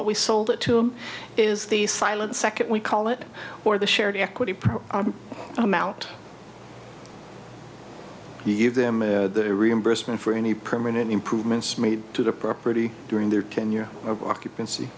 what we sold it to him is the silent second we call it or the shared equity amount you give them the reimbursement for any permanent improvements made to the property during their tenure of occupancy